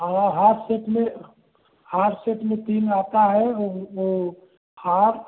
हाँ हार सेट में हार सेट में तीन आता है वह हार